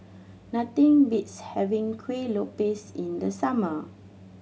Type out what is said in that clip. nothing beats having Kueh Lopes in the summer